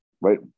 right